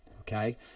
okay